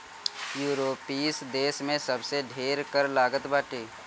यूरोपीय देस में सबसे ढेर कर लागत बाटे